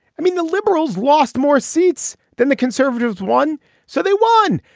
i mean the liberals lost more seats than the conservatives won. so they won.